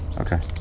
Okay